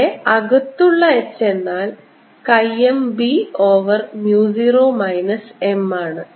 ഇവിടെ അകത്തുള്ള h എന്നാൽ chi m b over mu 0 minus m ആണ്